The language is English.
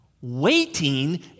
Waiting